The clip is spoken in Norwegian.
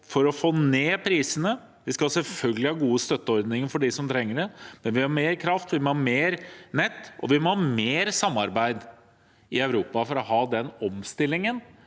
for å få ned prisene – og vi skal selvfølgelig ha gode støtteordninger for dem som trenger det – er mer kraft og mer nett, og vi må ha mer samarbeid i Europa for å få den omstillingen